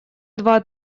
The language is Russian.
два